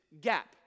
gap